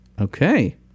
Okay